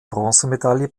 bronzemedaille